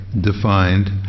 defined